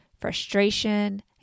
frustration